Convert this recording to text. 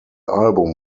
album